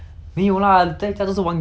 但是 hor 你这样讲的话 hor